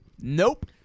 Nope